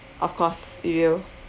of course we will